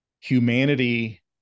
humanity